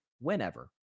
whenever